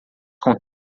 com